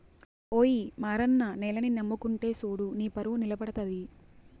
ఓయి మారన్న నేలని నమ్ముకుంటే సూడు నీపరువు నిలబడతది